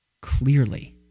Clearly